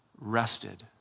rested